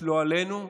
לא עלינו,